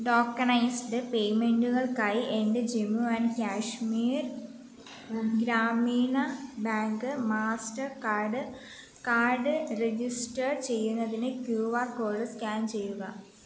tokenised പേയ്മെൻറ്റുകൾക്കായി എൻ്റെ Jammu and Kashmir Grameen bank master card card register ചെയ്യുന്നതിന് ക്യൂ ആർ കോഡ് സ്കാൻ ചെയ്യുക